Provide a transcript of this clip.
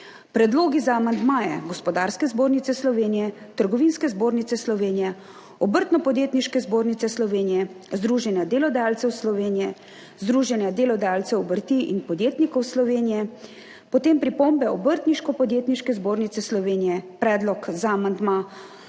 predlogi za amandmaje Gospodarske zbornice Slovenije, Trgovinske zbornice Slovenije, Obrtno-podjetniške zbornice Slovenije, Združenja delodajalcev Slovenije, Združenja delodajalcev obrti in podjetnikov Slovenije, potem pripombe Obrtno-podjetniške zbornice Slovenije, predlog za amandma